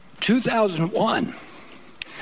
2001